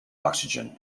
oxygen